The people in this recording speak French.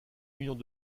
millions